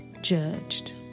judged